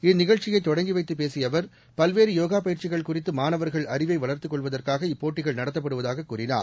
இந்நிகழ்ச்சியை தொடங்கி வைத்துப் பேசிய அவர் பல்வேறு யோகா பயிற்சிகள் குறித்து மாணவர்கள் அறிவை வளர்த்துக்கொள்வதற்காக இப்போட்டிகள் நடத்தப்படுவதாக கூறினார்